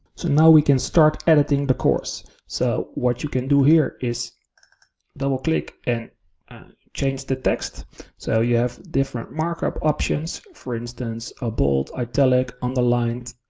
so now we can start editing the course. so what you can do here is double click and change the text. so you have different markup options. for instance, a bold, italic, underlined.